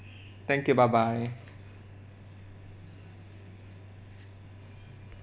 thank you bye bye